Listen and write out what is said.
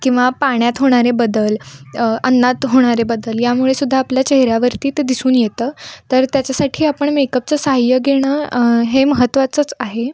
किंवा पाण्यात होणारे बदल अन्नात होणारे बदल यामुळे सुद्धा आपल्या चेहऱ्यावरती ते दिसून येतं तर त्याच्यासाठी आपण मेकअपचं सहाय्य घेणं हे महत्त्वाचंच आहे